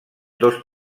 dos